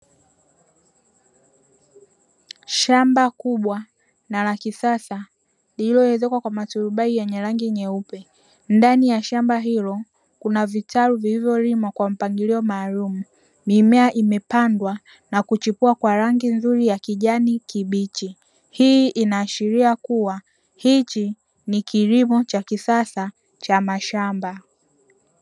Shamba kubwa na la kisasa lililoezekwa kwa maturubai yenye rangi nyeupe, ndani ya shamba hilo kuna vitalu vilivyolimwa kwa mpangilio maalumu. Mimea imepandwa na kuchipua kwa rangi nzuri ya kijani kibichi, hii inaashiria kuwa hichi ni kilimo cha kisasa cha mashamba.